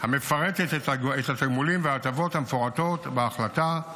המפרטת את התגמולים וההטבות המפורטים בהחלטה.